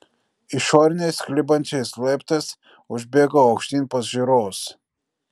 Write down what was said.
išoriniais klibančiais laiptais užbėgau aukštyn pas žiūrovus